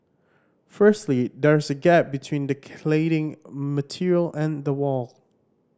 firstly there's a gap between the cladding material and the wall